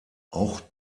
auch